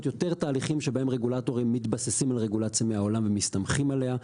יותר תהליכים שבהם רגולטורים מתבססים על רגולציה מהעולם ומסתמכים עליה.